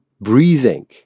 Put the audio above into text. breathing